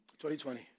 2020